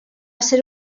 ser